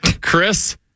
Chris